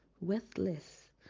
worthless